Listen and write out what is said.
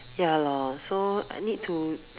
ya lor so I need to